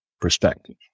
perspective